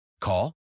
Call